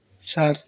sir